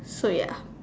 so ya